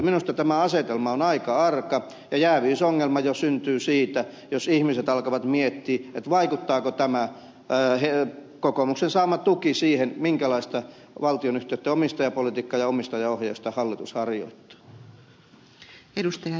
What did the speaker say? minusta tämä asetelma on aika arka ja jääviysongelma syntyy jo siitä jos ihmiset alkavat miettiä vaikuttaako tämä kokoomuksen saama tuki siihen minkälaista valtionyhtiöitten omistajapolitiikkaa ja omistajaohjausta hallitus harjoittaa